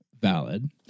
Valid